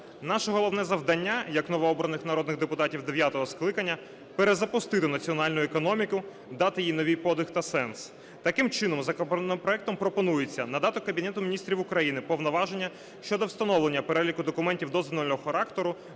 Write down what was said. Наше головне завдання як новообраних народних депутатів дев'ятого скликання - перезапустити національну економіку, дати їй новий подих та сенс. Таким чином, законопроектом пропонується надати Кабінету Міністрів України повноваження щодо встановлення переліку документів дозвільного характеру,